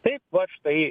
taip vat štai